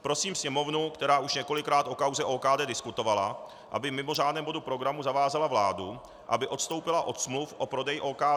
Prosím Sněmovnu, která už několikrát o kauze OKD diskutovala, aby v mimořádném bodu programu zavázala vládu, aby odstoupila od smluv o prodeji OKD.